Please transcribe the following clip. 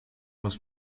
los